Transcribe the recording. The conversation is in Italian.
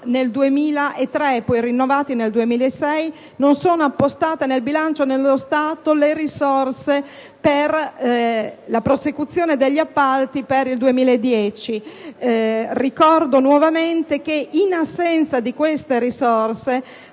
nel 2003 e poi rinnovati nel 2006, non sono appostate nel bilancio dello Stato le risorse per la prosecuzione degli appalti per il 2010. Ricordo nuovamente che, in assenza di queste risorse,